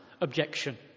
Objection